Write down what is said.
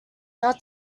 not